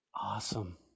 Awesome